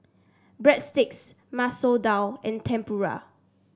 Breadsticks Masoor Dal and Tempura